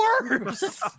worse